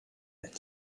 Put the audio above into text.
and